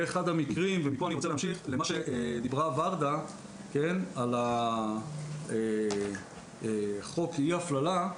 מפה אני רוצה להמשיך למה שאמרה ורדה על חוק אי ההפללה.